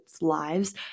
lives